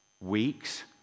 weeks